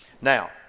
Now